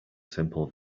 simple